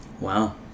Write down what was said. wow